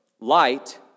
Light